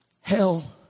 hell